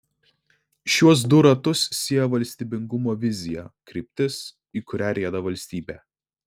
šiuos du ratus sieja valstybingumo vizija kryptis į kurią rieda valstybė